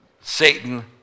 Satan